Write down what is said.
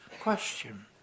question